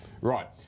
Right